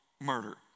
murder